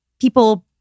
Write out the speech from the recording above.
People